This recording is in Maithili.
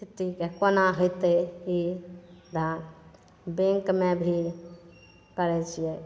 स्थितिके कोना हेतै ई बैंकमे भी करै छियै